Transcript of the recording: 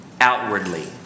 outwardly